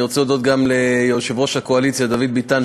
אני רוצה להודות גם ליושב-ראש הקואליציה דוד ביטן,